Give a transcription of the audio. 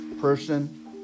person